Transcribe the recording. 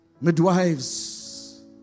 midwives